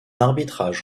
arbitrage